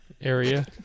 area